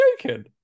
joking